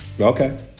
Okay